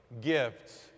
gifts